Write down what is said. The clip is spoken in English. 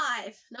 five